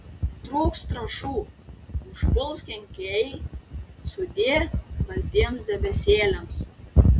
trūks trąšų užpuls kenkėjai sudie baltiems debesėliams